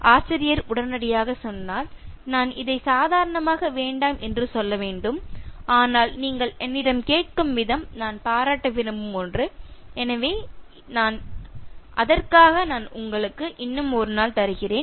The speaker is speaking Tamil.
ஆசிரியர் உடனடியாக சொன்னார் நான் இதை சாதாரணமாக வேண்டாம் என்று சொல்ல வேண்டும் ஆனால் நீங்கள் என்னிடம் கேட்கும் விதம் நான் பாராட்ட விரும்பும் ஒன்று எனவே அதற்காக நான் உங்களுக்கு இன்னும் ஒரு நாள் தருகிறேன்